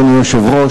אדוני היושב-ראש,